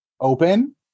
open